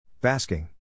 Basking